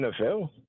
NFL